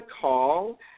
call